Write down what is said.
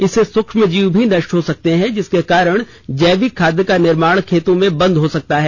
इससे सुक्ष्मजीव भी नष्ट हो सकते हैं जिसके कारण जैविक खाद का निर्माण खेतों में बंद हो सकता है